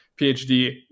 PhD